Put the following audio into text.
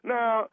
Now